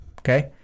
Okay